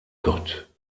gott